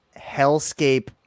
hellscape